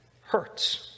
hurts